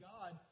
God